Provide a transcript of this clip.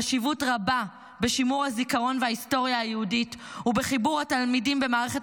חשיבות רבה בשימור הזיכרון וההיסטוריה היהודית ובחיבור התלמידים במערכת